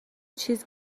چیز